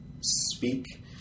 speak